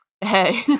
Hey